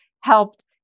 helped